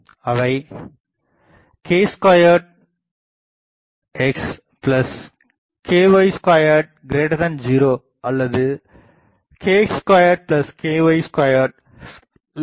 அவை kx2ky2 0 அல்லது kx2ky20